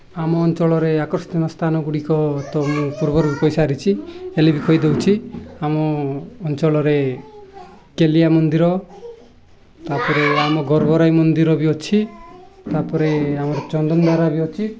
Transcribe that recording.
ଆମ ଅଞ୍ଚଳରେ ଆକର୍ଷଣୀୟ ସ୍ଥାନଗୁଡ଼ିକ ତ ମୁଁ ପୂର୍ବରୁ ବି କହିସାରିଛି ହେଲେ ବି କହିଦଉଛି ଆମ ଅଞ୍ଚଳରେ କେଲିଆ ମନ୍ଦିର ତାପରେ ଆମ ଗର୍ଭରାଇ ମନ୍ଦିର ବି ଅଛି ତା'ପରେ ଆମର ଚନ୍ଦନଧାରା ବି ଅଛି